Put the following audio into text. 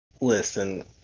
listen